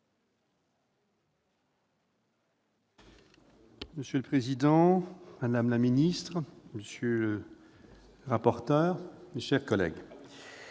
Monsieur le président, madame la ministre, messieurs les rapporteurs, mes chers collègues,